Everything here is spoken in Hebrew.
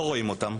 לא רואים אותם,